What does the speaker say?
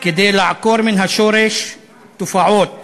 כדי לעקור מן השורש תופעות